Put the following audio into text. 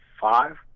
five